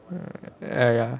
um err ya